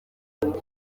ati